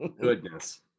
Goodness